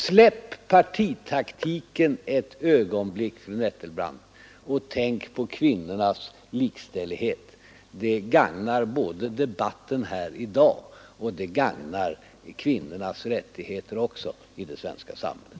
Släpp partitaktiken ett ögonblick, fru Nettelbrandt, och tänk på kvinnornas likställighet. Det gagnar debatten här i dag, och det gagnar kvinnornas rättigheter också i det svenska samhället.